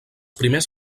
primers